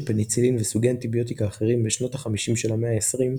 פניצילין וסוגי אנטיביוטיקה אחרים בשנות ה-50 של המאה ה-20,